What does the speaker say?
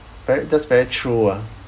very that's very true ah